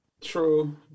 True